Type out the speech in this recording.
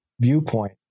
viewpoint